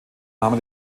name